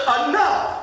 enough